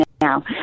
now